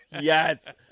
Yes